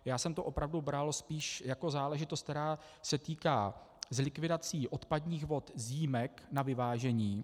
Já jsem to opravdu bral spíš jako záležitost, která se týká likvidací odpadních vod z jímek na vyvážení.